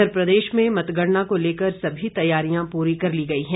इधर प्रदेश में मतगणना को लेकर सभी तैयारियां पूरी कर ली गई हैं